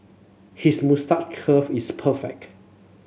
his moustache curl is perfect